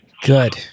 Good